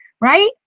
Right